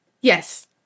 Yes